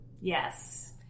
yes